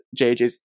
JJ's